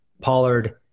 Pollard